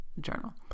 journal